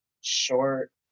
short